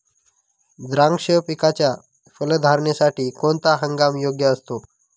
द्राक्ष पिकाच्या फलधारणेसाठी कोणता हंगाम योग्य असतो?